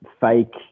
fake